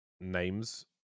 names